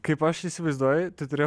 kaip aš įsivaizduoju tai turėjo